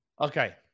Okay